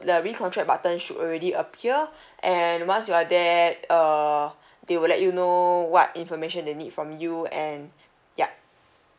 the recontract button should already appear and once you are there err they will let you know what information they need from you and yup